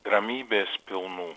ramybės pilnų